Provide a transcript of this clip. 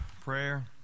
prayer